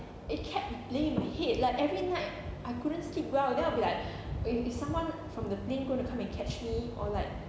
it kept playing in my head like every night I couldn't sleep well then I'll be like if if someone from the plane going to come and catch me or like